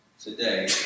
today